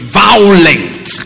violent